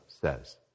says